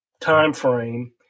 timeframe